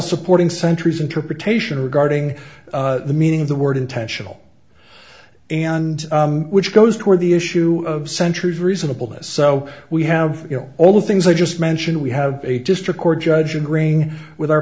supporting centuries interpretation regarding the meaning of the word intentional and which goes toward the issue of centuries reasonable is so we have you know all the things i just mentioned we have a district court judge agreeing with our